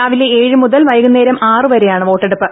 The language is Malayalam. രാവിലെ ഏഴ് മുതൽ വൈകുന്നേരം ആറ് വരെയാണ് വോട്ടെടുപ്പ്